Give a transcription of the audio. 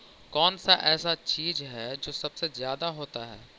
कौन सा ऐसा चीज है जो सबसे ज्यादा होता है?